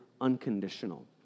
unconditional